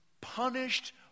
punished